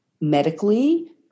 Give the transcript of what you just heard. medically